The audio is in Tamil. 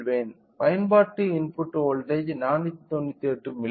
பயன்பாட்டு இன்புட் வோல்ட்டேஜ் 498 மில்லி